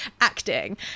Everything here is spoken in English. acting